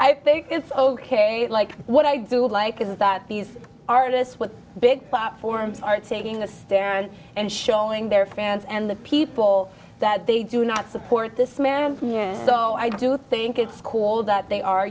i think it's ok like what i do like is that these artists with big pop forms are taking a stand and showing their fans and the people that they do not support this man so i do think it's cool that they are